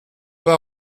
pas